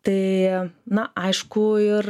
tai na aišku ir